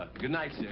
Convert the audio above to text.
good night, sir.